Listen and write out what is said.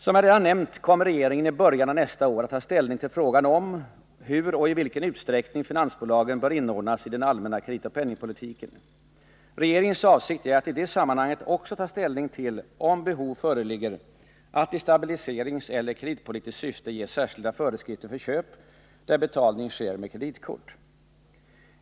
Som jag redan nämnt kommer regeringen i början av nästa år att ta ställning till frågan om hur och i vilken utsträckning finansbolagen bör inordnas i den allmänna kreditoch penningpolitiken. Regeringens avsikt är att i det sammanhanget också ta ställning till om behov föreligger att i stabiliseringseller kreditpolitiskt syfte ge särskilda föreskrifter för köp där betalning sker med kreditkort.